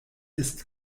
ist